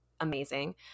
amazing